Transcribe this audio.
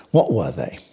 what were they?